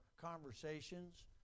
conversations